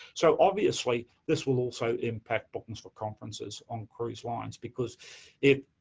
so, obviously, this will also impact bookings for conferences on cruise lines because if,